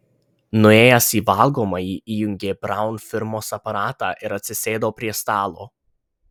nuėjęs į valgomąjį įjungė braun firmos aparatą ir atsisėdo prie stalo